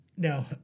No